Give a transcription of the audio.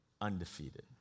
undefeated